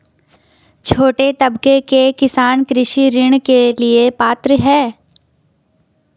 छोटे तबके के किसान कृषि ऋण के लिए पात्र हैं?